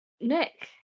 Nick